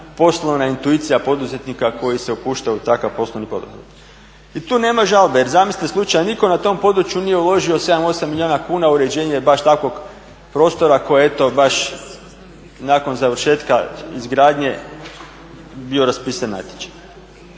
poslovna intuicija poduzetnika koji se upuštaju u takav poslovni poduhvat. I tu nema žalbe jer zamislite slučaja nitko na tome području nije uložio 7, 8 milijuna kuna u uređenje baš takvog prostora koji nakon završetka izgradnje bio raspisan natječaj.